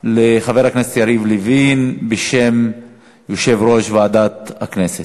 לחבר הכנסת יריב לוין בשם יושב-ראש ועדת הכנסת.